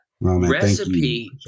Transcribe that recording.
recipe